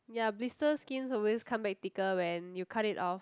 ya blister skins always come back thicker when you cut it off